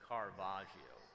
Caravaggio